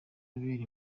abera